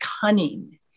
cunning